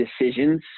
decisions